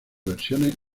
versiones